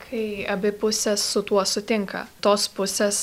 kai abi pusės su tuo sutinka tos pusės